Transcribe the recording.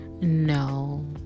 No